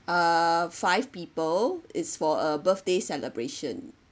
uh five people it's for a birthday celebration